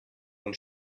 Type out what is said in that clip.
man